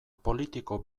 politiko